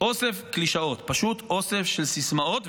אוסף קלישאות, פשוט אוסף של סיסמאות.